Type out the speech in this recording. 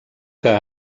que